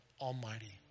Almighty